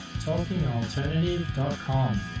talkingalternative.com